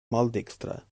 maldekstra